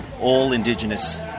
all-Indigenous